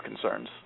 concerns